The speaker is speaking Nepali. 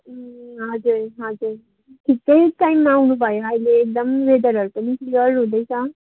ए हजुर हजुर ठिकै टाइममा आउनु भयो अहिले एकदम वेदरहरू पनि क्लियर हुँदैछ